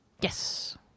Yes